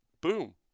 boom